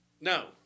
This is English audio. No